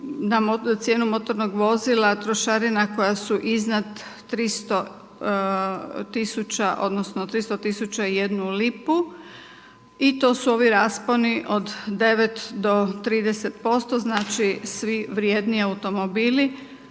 cijenu motornog vozila trošarina koje su iznad 300 tisuća odnosno 300 tisuća i jednu lipu, i to su ovi rasponi od 9 – 30 posto, znači svi vrjedniji automobili